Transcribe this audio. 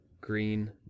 green